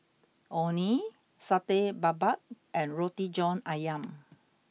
Orh Nee Satay Babat and Roti John Ayam